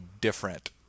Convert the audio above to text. different